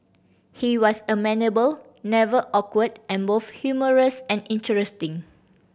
he was amenable never awkward and both humorous and interesting